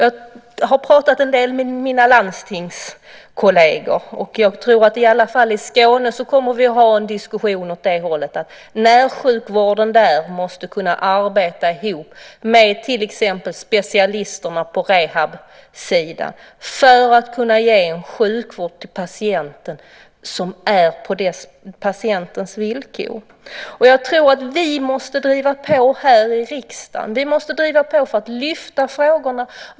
Jag har pratat en del med mina landstingskolleger, och jag tror att vi i alla fall i Skåne kommer att ha en diskussion åt det hållet att närsjukvården måste kunna arbeta ihop med till exempel specialisterna på rehabsidan, för att kunna ge en sjukvård till patienten som är på patientens villkor. Vi måste driva på här i riksdagen. Vi måste driva på för att lyfta upp frågorna.